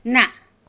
ના